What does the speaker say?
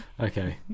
Okay